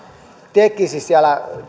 tekisi siellä